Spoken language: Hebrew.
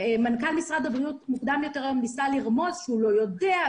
מוקדם יותר היום מנכ"ל משרד הבריאות ניסה לרמוז שהוא לא יודע,